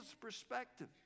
perspective